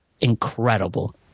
incredible